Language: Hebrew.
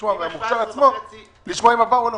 לשמוע אם הכסף עבר או לא.